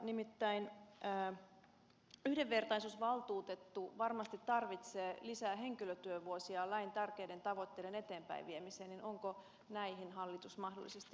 nimittäin kun yhdenvertaisuusvaltuutettu varmasti tarvitsee lisää henkilötyövuosia lain tärkeiden tavoitteiden eteenpäinviemiseen onko näihin hallitus mahdollisesti varautunut